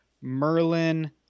Merlin